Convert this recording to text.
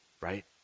right